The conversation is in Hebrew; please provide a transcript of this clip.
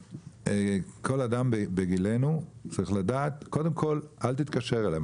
כל אדם בגילנו צריך לדעת קודם כל אל תתקשר אלינו.